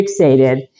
fixated